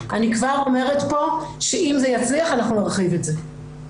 אני כבר אומרת פה שאם זה יצליח אנחנו נרחיב את זה.